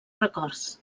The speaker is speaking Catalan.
records